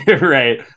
Right